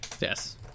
yes